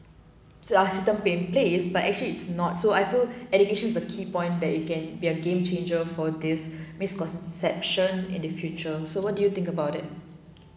system being placed but actually it's not so I feel education is the key point that it can be a game changer for this misconception in the future so what do you think about it